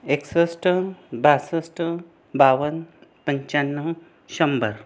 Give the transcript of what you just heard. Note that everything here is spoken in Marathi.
एकसष्ट बासष्ट बावन्न पंच्याण्णव शंभर